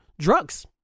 drugs